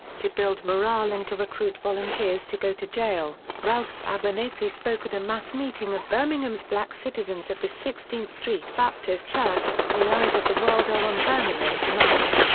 to build morale and to recruit volunteers to go to jail, ralph abernathy spoke at a mass meeting of birmingham's black citizens at the sixteenth street baptist church the eyes of the world are on birmingham tonight.